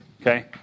Okay